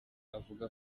avuga